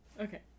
Okay